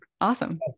Awesome